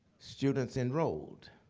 students enrolled.